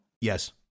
Yes